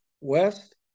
West